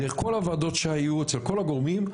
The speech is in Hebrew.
דרך כל הוועדות שהיו אצל כל הגורמים,